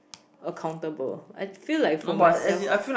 accountable I feel like for myself